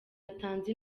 atanze